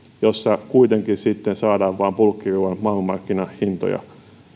ja tuotteista kuitenkin sitten saadaan vain bulkkiruuan maailmanmarkkinahintoja